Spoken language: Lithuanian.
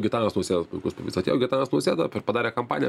gitanas nausėda puikus pavyzdys atėjo gitanas nausėda per padarė kampaniją